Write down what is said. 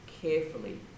carefully